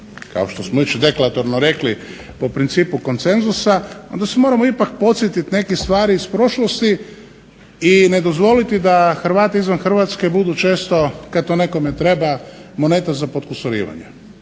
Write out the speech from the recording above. kao što smo već i deklaratorno rekli, po principu konsenzusa onda se moramo ipak podsjetiti nekih stvari iz prošlosti i ne dozvoliti da Hrvati izvan Hrvatske budu često, kad to nekome treba, moneta za potkusurivanje.